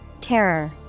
Terror